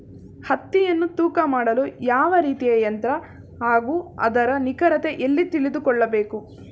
ಹತ್ತಿಯನ್ನು ತೂಕ ಮಾಡಲು ಯಾವ ರೀತಿಯ ಯಂತ್ರ ಹಾಗೂ ಅದರ ನಿಖರತೆ ಎಲ್ಲಿ ತಿಳಿದುಕೊಳ್ಳಬೇಕು?